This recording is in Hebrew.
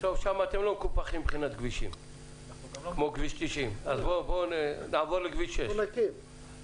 שם אתם לא מקופחים מבחינת כבישים כמו כביש 90. אז נעבור לכביש 6. תודה.